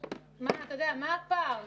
מה הפער?